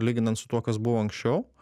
lyginant su tuo kas buvo anksčiau